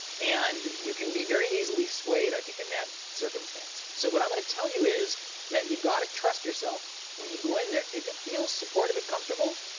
and you can be very easily swayed, i think, in that circumstance. so what i'm going to tell you is that you've got to trust yourself when you go in there. if it feels supportive and comfortable,